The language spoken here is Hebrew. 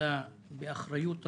העבודה באחריות רבה,